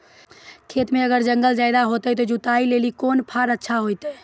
खेत मे अगर जंगल ज्यादा छै ते जुताई लेली कोंन फार अच्छा होइतै?